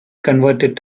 converted